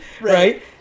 right